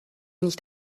nicht